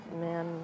man